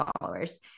followers